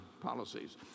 policies